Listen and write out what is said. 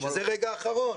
שזה הרגע האחרון.